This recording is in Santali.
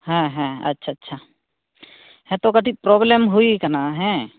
ᱦᱮᱸ ᱦᱮᱸ ᱟᱪᱪᱷᱟ ᱟᱪᱪᱷᱟ ᱦᱮᱸ ᱛᱳ ᱠᱟᱹᱴᱤᱡ ᱯᱨᱚᱵᱽᱞᱮᱢ ᱦᱩᱭᱟᱠᱟᱱᱟ ᱦᱮᱸ